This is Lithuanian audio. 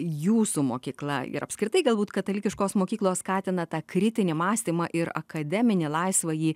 jūsų mokykla ir apskritai galbūt katalikiškos mokyklos skatina tą kritinį mąstymą ir akademinį laisvąjį